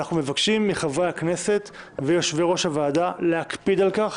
אנחנו מבקשים מחברי הכנסת ומיושבי ראש הוועדה להקפיד על כך.